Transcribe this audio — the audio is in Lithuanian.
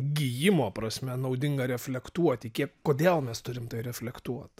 gijimo prasme naudinga reflektuoti kiek kodėl mes turim tai reflektuot